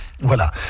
Voilà